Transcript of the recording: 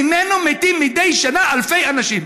ממנו מתים מידי שנה אלפי אנשים.